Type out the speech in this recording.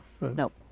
Nope